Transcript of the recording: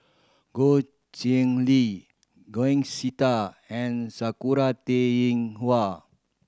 Goh Chiew Lye Sita and Sakura Teng Ying Hua